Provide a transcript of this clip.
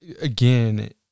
again